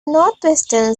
northwestern